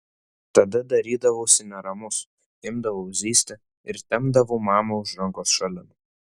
tada darydavausi neramus imdavau zyzti ir tempdavau mamą už rankos šalin